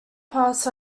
parts